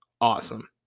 awesome